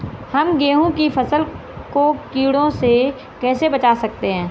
हम गेहूँ की फसल को कीड़ों से कैसे बचा सकते हैं?